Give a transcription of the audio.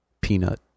peanut